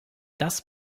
das